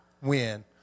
win